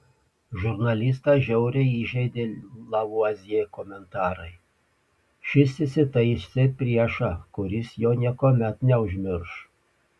žurnalistą žiauriai įžeidė lavuazjė komentarai šis įsitaisė priešą kuris jo niekuomet neužmirš